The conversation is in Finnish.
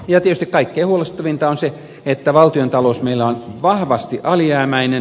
tietysti kaikkein huolestuttavinta on se että valtiontalous meillä on vahvasti alijäämäinen